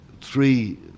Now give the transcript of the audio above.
three